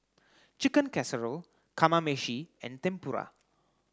Chicken Casserole Kamameshi and Tempura